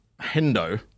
Hendo